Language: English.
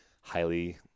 highly